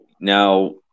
Now